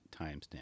timestamp